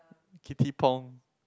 Kitty Pong